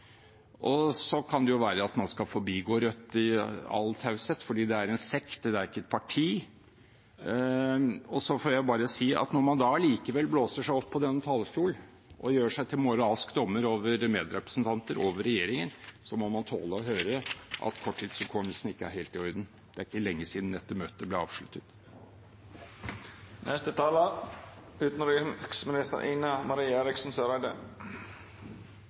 utenriksledelse. Så kan det være at man skal forbigå Rødt i all taushet, fordi det er en sekt og ikke et parti. Da får jeg bare si at når man likevel blåser seg opp på denne talerstolen og gjør seg til moralsk dommer over medrepresentanter og over regjeringen, må man tåle å høre at korttidshukommelsen ikke er helt i orden. Det er ikke lenge siden landsmøtet ble avsluttet.